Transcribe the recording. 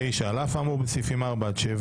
9.על אף האמור בסעיפים 4 עד 7: